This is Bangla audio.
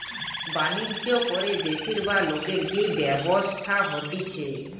বাণিজ্য করে দেশের বা লোকের যে ব্যবসা হতিছে